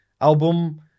album